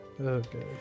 Okay